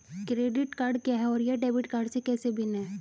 Credit card क्या है और यह डेबिट कार्ड से कैसे भिन्न है?